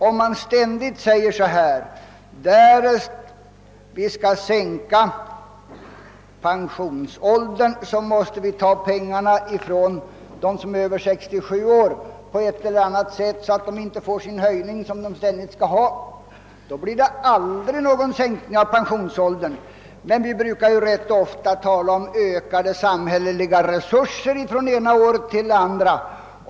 Om man ständigt utgår ifrån att en sänkning av pensionsåldern måste innebära att de som är över 67 år på ett eller annat sätt går miste om den höjning av sina pensioner som de räknar med, så blir det aldrig någon sänkning av pensionsåldern. Vi brukar emellertid rätt ofta tala om att de samhälleliga resurserna ökar från det ena året till det andra.